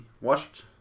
watched